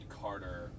Carter